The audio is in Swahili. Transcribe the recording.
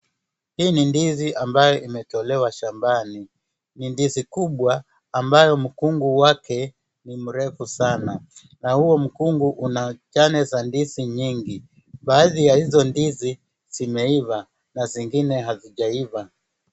Hii ni ndizi ambayo imetolewa shambani. Ni ndizi kubwa ambayo mkungu wake ni mrefu sana na huyo mkungu una jane za ndizi nyingi. Baadhi ya hizo ndizi zimeiva na zingine hazijaiva.